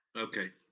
okay,